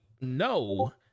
no